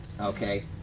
okay